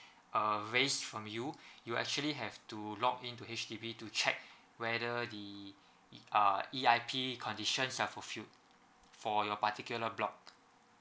uh race from you you actually have to log into H_D_B to check whether the uh E_I_P conditions are fulfilled for your particular block